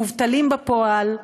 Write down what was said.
מובטלים בפועל,